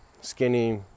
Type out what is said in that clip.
skinny